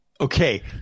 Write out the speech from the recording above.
Okay